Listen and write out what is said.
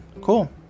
cool